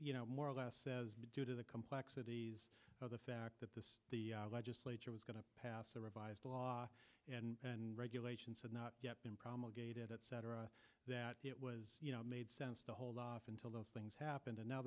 you know more or less says due to the complexities of the fact that this the legislature was going to pass a revised law and regulations had not yet been promulgated etc that it was you know it made sense to hold off until those things happened and now